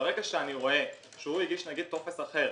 שברגע שאני רואה שהוא הגיש טופס אחר